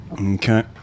okay